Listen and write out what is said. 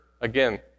again